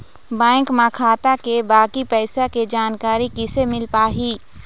Bank म खाता के बाकी पैसा के जानकारी कैसे मिल पाही?